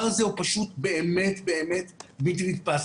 הזה הוא פשוט באמת באמת בלתי נתפס.